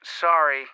Sorry